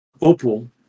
Opal